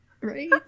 Right